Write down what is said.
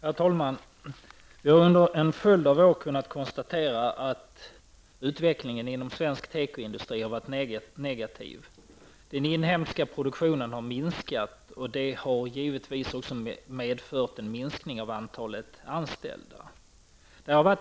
Herr talman! Under en följd av år har vi kunnat konstatera att utvecklingen inom svensk tekoindustri har varit negativ. Den inhemska produktionen har minskat, vilket givetvis har medfört en reducering av antalet anställda.